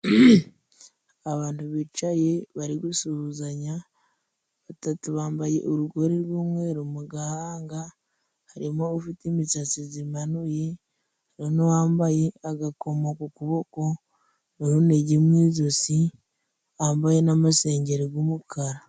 Abantu bicaye bari gusuhuzanya. Batatu bambaye urugori rw'umweru mu gahanga, harimo ufite imisatsi zimanuye hariho n'uwambaye agakomo ku kuboko, n'urunigi mu ijosi, bambaye n'amasengeri g'umukara.